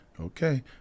okay